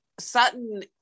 Sutton